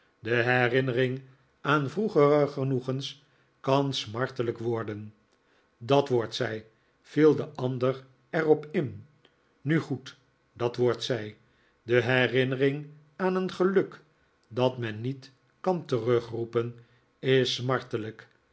de herinnering aan vroegere genoegens kan smartelijk worden dat wordt zij viel de ander er op in nu goed dat wordt zij de herinnering aan een geluk dat men niet kan terugroepen is